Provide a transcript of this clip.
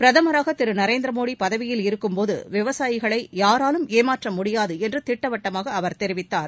பிரதமரமாக திரு நரேந்திர மோடி பதவியில் இருக்கும் போது விவசாயிகளை யாராலும் ஏமாற்ற முடியாது என்று திட்டவட்டமாக அவர் தெரிவித்தார்